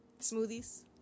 Smoothies